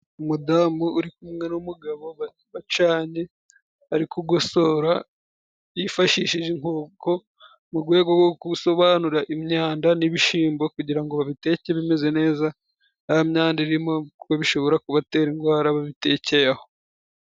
Umudamu uri kumwe n'umugabo bacanye ari kugosora yifashishije inkoko mu gwego rwo gusobanura imyanda n'ibishimbo, kugira ngo babiteke bimeze neza nta myanda irimo kuko bishobora kubatera indwara babitekeye aho.